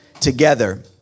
together